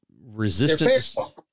resistant